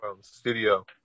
Studio